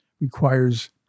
requires